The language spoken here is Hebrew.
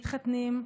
מתחתנים,